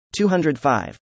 205